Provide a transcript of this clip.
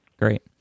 great